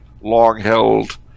long-held